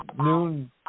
noon